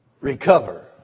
recover